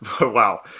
Wow